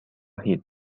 hit